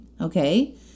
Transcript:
okay